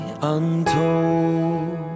untold